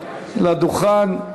לדוכן.